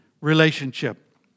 relationship